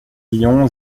guillon